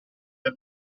del